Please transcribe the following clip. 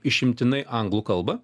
išimtinai anglų kalbą